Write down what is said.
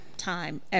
time